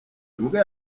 imbwa